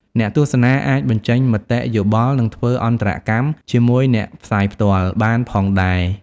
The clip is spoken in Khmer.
អ្នកទស្សនាអាចបញ្ចេញមតិយោបល់ និងធ្វើអន្តរកម្មជាមួយអ្នកផ្សាយផ្ទាល់ បានផងដែរ។